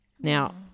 Now